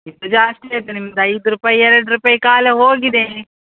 ಇದು ಜಾಸ್ತಿ ಆಯಿತು ನಿಮ್ದು ಐದು ರೂಪಾಯಿ ಎರ್ಡು ರೂಪಾಯಿ ಕಾಲ ಹೋಗಿದೆ